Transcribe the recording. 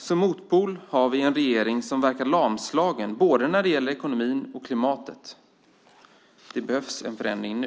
Som motpol har vi en regering som verkar lamslagen när det gäller både ekonomin och klimatet. Det behövs en förändring nu.